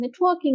networking